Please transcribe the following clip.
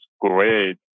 great